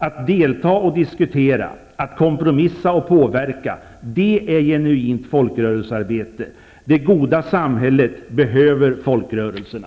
Att delta och diskutera, att kompromissa och påverka, det är genuint folkrörelsearbete. Det goda samhället behöver folkrörelserna!